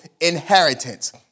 inheritance